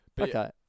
Okay